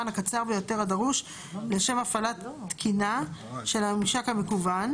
הקצר ביותר הדרוש לשם הפעלה תקינה של הממשק המקוון.